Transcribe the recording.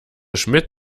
schmidt